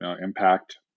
impact